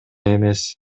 эмес